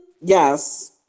Yes